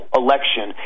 election